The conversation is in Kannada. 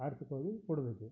ಆರ್ಥಿಕವಾಗಿ ಕೊಡಬೇಕು